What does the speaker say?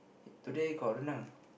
today got rendang